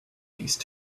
these